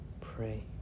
pray